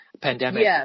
pandemic